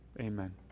amen